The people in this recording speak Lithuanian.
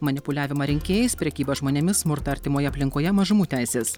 manipuliavimą rinkėjais prekyba žmonėmis smurtą artimoje aplinkoje mažumų teises